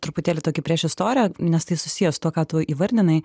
truputėlį tokį priešistorė nes tai susiję su tuo ką tu įvardinai